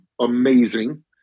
amazing